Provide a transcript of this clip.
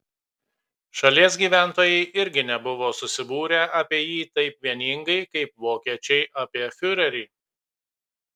šalies gyventojai irgi nebuvo susibūrę apie jį taip vieningai kaip vokiečiai apie fiurerį